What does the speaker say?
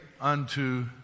unto